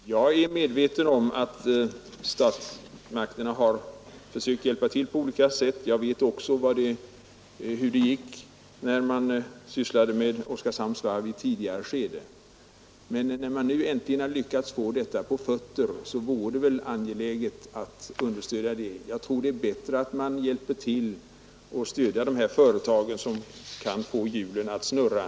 Herr talman! Jag är medveten om att statsmakterna har försökt hjälpa till på olika sätt. Jag vet också hur det gick när man sysslade med Oskarshamns Varv i tidigare skede. Men när driftigt folk nu äntligen har lyckats få detta företag på fötter, så vore det väl angeläget att understödja det. Det är bättre, tror jag, att man hjälper till och stöder de här företagen som kan få hjulen att snurra.